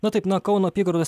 na taip nuo kauno apygardos